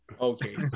Okay